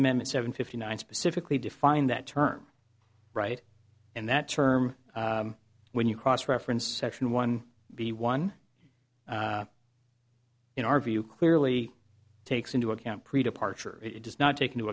amendment seven fifty nine specifically defined that term right and that term when you cross referenced section one be one in our view clearly takes into account pre departure it does not take into